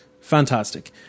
fantastic